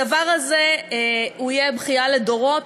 הדבר הזה יהיה בכייה לדורות,